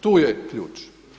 Tu je ključ.